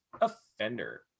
offender